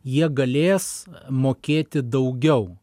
jie galės mokėti daugiau